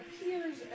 appears